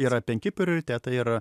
yra penki prioritetai ir